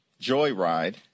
joyride